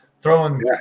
throwing, –